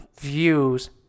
views